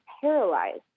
paralyzed